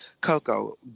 Coco